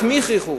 את מי הכריחו?